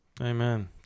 Amen